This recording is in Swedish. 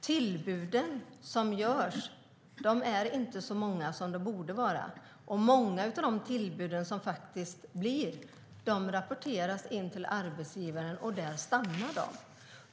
Tillbuden som rapporteras är inte så många som de borde vara. Många av tillbuden rapporteras till arbetsgivaren, och där stannar de.